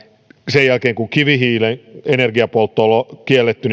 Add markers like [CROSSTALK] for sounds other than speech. sen jälkeen kun kivihiilen energiapoltto on kielletty [UNINTELLIGIBLE]